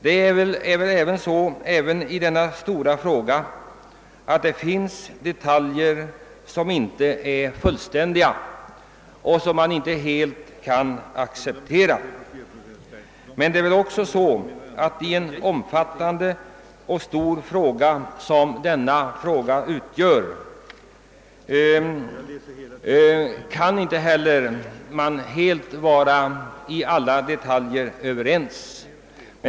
Det är väl också så att det även i denna stora fråga finns detaljer som inte är tillfredsställande och som man inte helt kan acceptera. Men man kan väl inte i en stor och omfattande fråga som denna vara helt överens i alla detaljer.